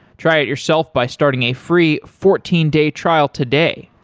try it yourself by starting a free fourteen day trial today.